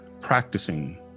practicing